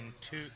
two –